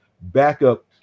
backup